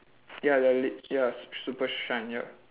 ya the lid ya su~ super shine yup